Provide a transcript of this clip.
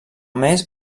més